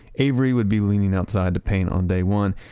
avery would be leaning outside to paint on day one,